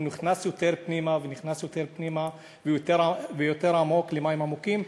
הוא נכנס יותר פנימה ונכנס יותר פנימה ויותר עמוק במים עמוקים,